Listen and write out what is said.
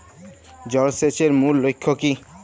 জল সেচের মূল লক্ষ্য কী?